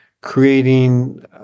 creating